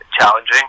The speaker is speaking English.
challenging